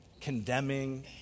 condemning